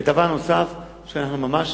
דבר נוסף שאנחנו ממש